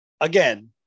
Again